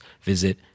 visit